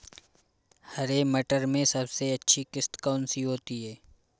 हरे मटर में सबसे अच्छी किश्त कौन सी होती है?